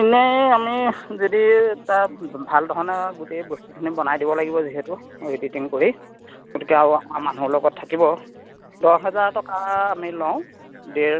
এনেই আমি যদি তা ভাল ধৰণে গোটেই বস্তুখিনি বনাই দিব লাগিব যিহেতু এডিটিং কৰি গতিকে আৰু মানুহ লগত থাকিব দহ হেজাৰ টকা আমি লওঁ ডেৰ